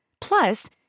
Plus